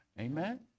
Amen